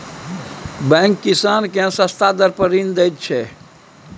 bank किसान केँ सस्ता दर पर ऋण दैत छै